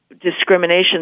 discrimination